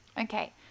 Okay